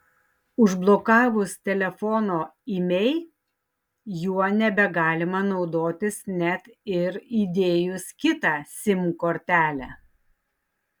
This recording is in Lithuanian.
užblokavus telefono imei juo nebegalima naudotis net ir įdėjus kitą sim kortelę